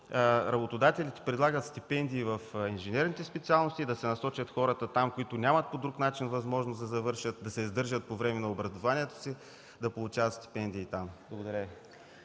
работодателите предлагат стипендии в инженерните специалности – там да се насочат хората, които нямат възможност по друг начин да завършат, да се издържат по време на образованието си, като получават стипендии. Благодаря